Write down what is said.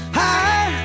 high